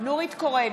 נורית קורן,